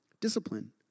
discipline